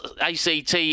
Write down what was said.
ACT